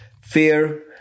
fear